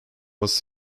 was